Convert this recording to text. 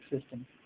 system